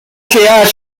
ciudades